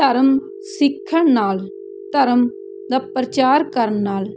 ਧਰਮ ਸਿੱਖਣ ਨਾਲ ਧਰਮ ਦਾ ਪ੍ਰਚਾਰ ਕਰਨ ਨਾਲ